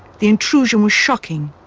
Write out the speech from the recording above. the intrusion was shocking,